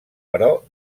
però